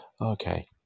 Okay